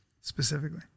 specifically